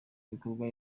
bikorwa